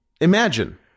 Imagine